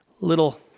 little